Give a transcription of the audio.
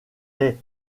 est